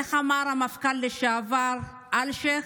איך אמר המפכ"ל לשעבר אלשיך?